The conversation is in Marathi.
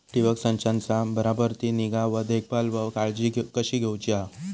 ठिबक संचाचा बराबर ती निगा व देखभाल व काळजी कशी घेऊची हा?